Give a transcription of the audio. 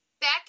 back